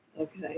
Okay